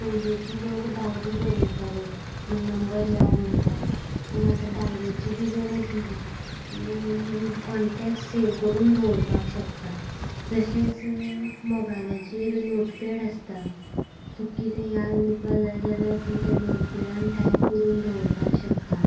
पयलेची लोग डायरी बरयताले मं नंबर याद उरपाक पूण आतां डायरेची बी गरज ना तूं कॉण्टॅक सेव करून दवरपाक शकता तशेंच मोबायलाचेर नोटपॅड आसता तुका किदें याद उरपा जाय जाल्या तूं तें नोटपॅडान टायप करून दवरपाक शकता